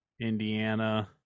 Indiana